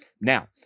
Now